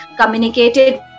communicated